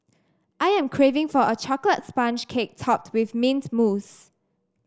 I am craving for a chocolate sponge cake topped with mint mousse